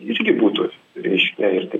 irgi būtų reiškia ir tai